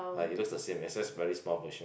ah it looks the same is just very small version